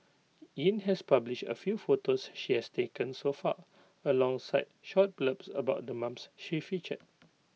yin has publish A few photos she has taken so far alongside short blurbs about the moms she featured